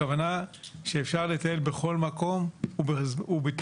הכוונה שאפשר לטייל בכל מקום ובתנאי